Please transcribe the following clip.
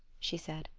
she said,